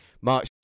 March